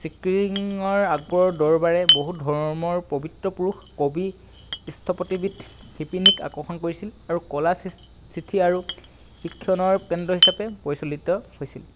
চিক্ৰীৰ আকবৰৰ দৰবাৰৰ বহু ধৰ্মৰ পৱিত্ৰ পুৰুষ কবি স্থপতিবিদ আৰু শিপিনীক আকৰ্ষিত কৰিছিল আৰু কলা চিচ্ চিঠি আৰু শিক্ষণৰ কেন্দ্ৰ হিচাপে পৰিচালিত হৈছিল